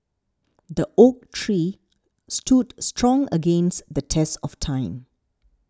the oak tree stood strong against the test of time